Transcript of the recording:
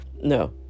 No